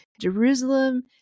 jerusalem